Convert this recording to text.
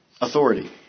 authority